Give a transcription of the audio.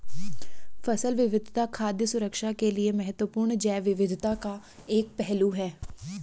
फसल विविधता खाद्य सुरक्षा के लिए महत्वपूर्ण जैव विविधता का एक पहलू है